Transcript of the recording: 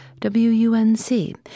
WUNC